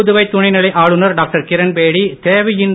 புதுவை துணைநிலை ஆளுநர் டாக்டர் கிரண்பேடி தேவையின்றி